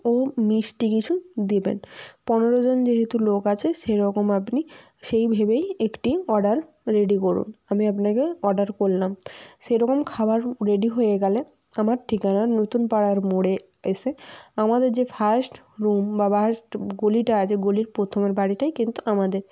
ও মিষ্টি কিছু দিবেন পনেরো জন যেহেতু লোক আছে সেই রকম আপনি সেই ভেবেই একটি অর্ডার রেডি করুন আমি আপনাকে অর্ডার করলাম সেরকম খাবার রেডি হয়ে গেলে আমার ঠিকানা নতুন পাড়ার মোড়ে এসে আমাদের যে ফাস্ট রুম বা ফাস্ট গলিটা আছে গলির অর্ডার থমের বাড়িটাই কিন্তু আমাদের